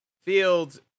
Fields